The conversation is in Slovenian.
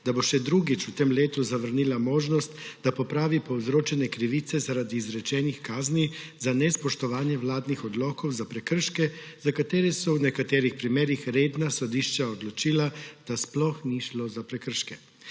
da bo še drugič v tem letu zavrnila možnost, da popravi povzročene krivice zaradi izrečenih kazni za nespoštovanje vladnih odlokov za prekrške, za katere so v nekaterih primerih redna sodišča odločila, da sploh ni šlo za prekrške.